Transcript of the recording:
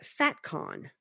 FatCon